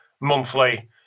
monthly